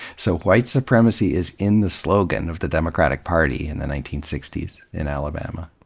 so white supremacy is in the slogan of the democratic party in the nineteen sixty s in alabama.